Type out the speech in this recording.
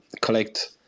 collect